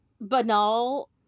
banal